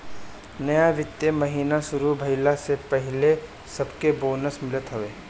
नया वित्तीय महिना शुरू भईला से पहिले सबके बोनस मिलत हवे